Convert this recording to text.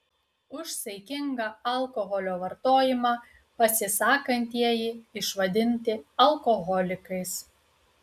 už saikingą alkoholio vartojimą pasisakantieji išvadinti alkoholikais